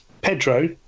Pedro